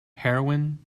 heroine